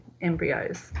embryos